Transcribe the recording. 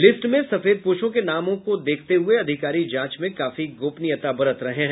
list में सफेदपोशों के नाम को देखते हुये अधिकारी जांच में काफी गोपनीयता बरत रहे हैं